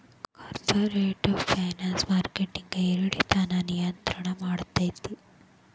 corporate finance ಮಾರ್ಕೆಟಿಂದ್ ಏರಿಳಿತಾನ ನಿಯಂತ್ರಣ ಮಾಡ್ತೇತಿ